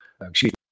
Excuse